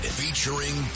featuring